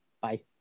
bye